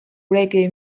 reggae